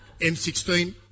M16